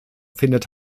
findet